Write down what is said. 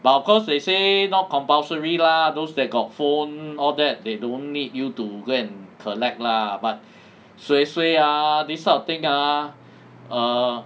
but of course they say not compulsory lah those that got phone all that they don't need you to go and collect lah but suay suay ah this type of thing ah err